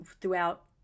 throughout